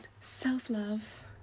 self-love